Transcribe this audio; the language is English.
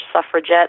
suffragette